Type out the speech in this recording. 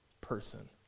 person